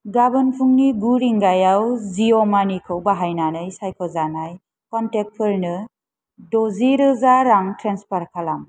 गाबोन फुंनि गु रिंगायाव जिय' मानिखौ बाहायनानै सायख'जानाय क'नटेक्टफोरनो द'जि रोजा रां ट्रेन्सफार खालाम